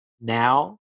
now